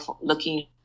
looking